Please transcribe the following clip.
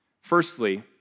firstly